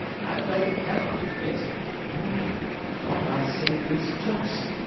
and i cannot admit no what i say is just,